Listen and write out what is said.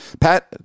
Pat